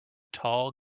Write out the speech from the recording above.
tall